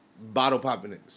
bottle-popping